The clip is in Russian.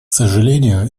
сожалению